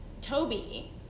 Toby